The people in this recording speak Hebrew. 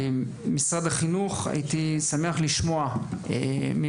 נציגי משרד החינוך אשמח לשמוע על